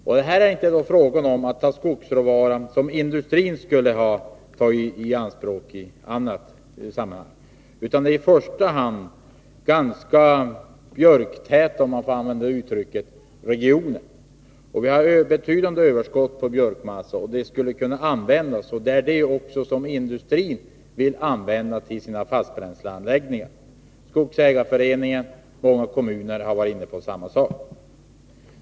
Här är det inte fråga om skogsråvara som industrin skulle ha tagit i anspråk. Det rör sig i första hand om ganska björktäta — om jag får använda det uttrycket — regioner. Vi har betydande tillgång på björkmassa, som skulle kunna användas i fastbränsleanläggningarna. Det är också björkmassa som kommunerna vill använda i sina fastbränsleanläggningar. Skogsägarföreningen och många kommuner har varit inne på samma sak.